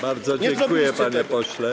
Bardzo dziękuję, panie pośle.